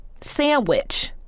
sandwich